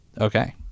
Okay